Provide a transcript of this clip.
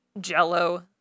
jello